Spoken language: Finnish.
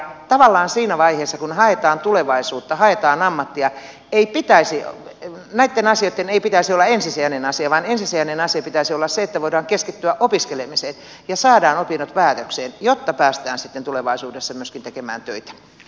tavallaan siinä vaiheessa kun haetaan tulevaisuutta haetaan ammattia näitten asioitten ei pitäisi olla ensisijainen asia vaan ensisijaisen asian pitäisi olla se että voidaan keskittyä opiskelemiseen ja saadaan opinnot päätökseen jotta päästään sitten tulevaisuudessa myöskin tekemään töitä